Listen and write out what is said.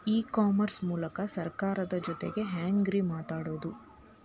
E commerce ಮೂಲಕ ಸರ್ಕಾರದ ಜೊತಿಗೆ ಹ್ಯಾಂಗ್ ರೇ ಮಾತಾಡೋದು?